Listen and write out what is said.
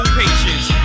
patience